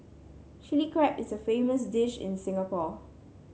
Chilli Crab is a famous dish in Singapore